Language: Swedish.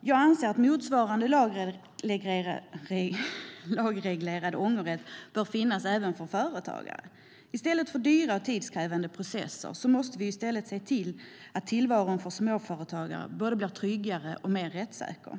Jag anser att en motsvarande lagreglerad ångerrätt bör finnas även för egenföretagare. I stället för att de ska gå igenom dyra och tidskrävande processer måste vi se till att tillvaron för småföretagarna blir både tryggare och mer rättssäker.